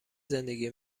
زندگی